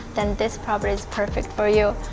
then this property is perfect for you!